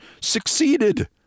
succeeded